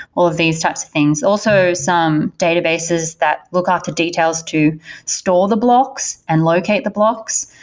all of these types of things. also some databases that look after details to store the blocks and locate the blocks.